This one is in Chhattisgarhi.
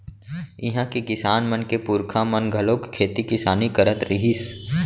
इहां के किसान मन के पूरखा मन घलोक खेती किसानी करत रिहिस